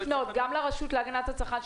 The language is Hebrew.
לפנות לרשות להגנת הצרכן,